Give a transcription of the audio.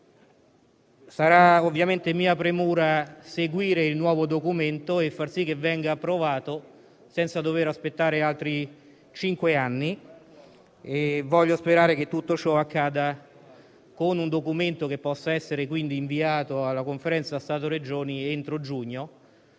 Sarà ovviamente mia premura seguire il nuovo documento e far sì che venga approvato senza dover aspettare altri cinque anni. Voglio sperare che tutto ciò accada con un documento che possa essere inviato alla Conferenza Stato-Regioni entro giugno.